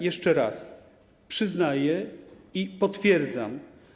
Jeszcze raz: przyznaję i potwierdzam.